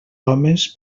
homes